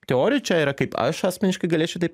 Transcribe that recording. teorijų čia yra kaip aš asmeniškai galėčiau tai